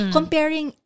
Comparing